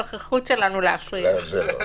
מאחר ומדובר פה מעל 250 אנשים,